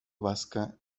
vasca